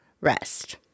rest